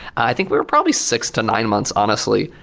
i think we're probably six to nine months, honestly,